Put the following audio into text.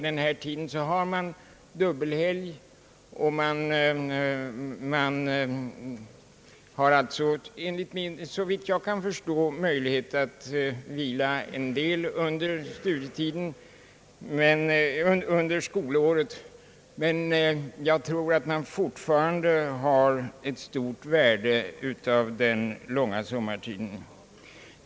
Femdagarsveckan med tvådagarsledighet innebär såvitt jag kan förstå möjlighet för eleverna att vila en del under själva skolåret, men jag tror att det fortfarande är av stort värde att ha ett långt sommarlov.